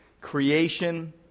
creation